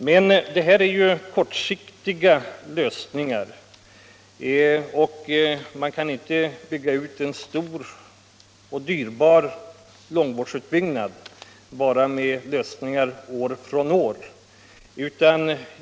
Men det här är ju kortsiktiga lösningar, och det är inte bra att behöva företa en stor och dyrbar långvårdsutbyggnad bara med lösningar år från år.